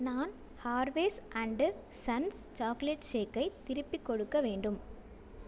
நான் Harvey's and sons chocolate ஷேக்கை திருப்பிக் கொடுக்க வேண்டும்